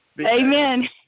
Amen